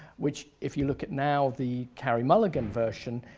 which if you look at now the carey mulligan version,